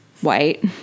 white